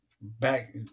back